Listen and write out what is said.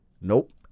nope